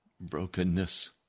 brokenness